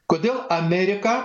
kodėl amerika